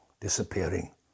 disappearing